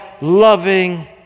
loving